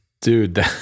Dude